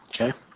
Okay